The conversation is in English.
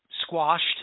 squashed